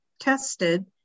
tested